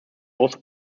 also